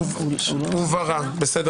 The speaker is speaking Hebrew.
בסדר.